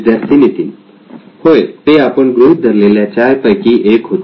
विद्यार्थी नितीन होय ते आपण गृहीत धरलेल्या चार पैकी एक होते